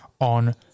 on